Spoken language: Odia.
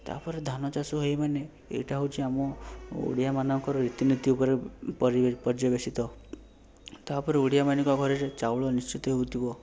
ତା'ପରେ ଧାନ ଚାଷ ହୋଇ ମାନେ ଏଇଟା ହେଉଛି ଆମ ଓଡ଼ିଆ ମାନଙ୍କର ରୀତିନୀତି ଉପରେ ପର୍ଯ୍ୟବେଷିତ ତା'ପରେ ଓଡ଼ିଆମାନଙ୍କ ଘରେ ଚାଉଳ ନିଶ୍ଚିତ ହେଉଥିବ